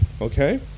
Okay